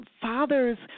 fathers